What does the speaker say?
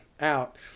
out